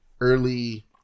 early